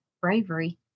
bravery